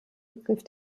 begriff